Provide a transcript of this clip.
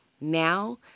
Now